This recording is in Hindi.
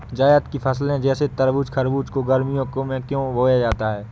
जायद की फसले जैसे तरबूज़ खरबूज को गर्मियों में क्यो बोया जाता है?